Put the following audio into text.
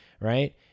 right